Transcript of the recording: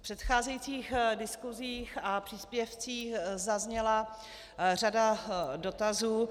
V předcházejících diskusích a příspěvcích zazněla řada dotazů.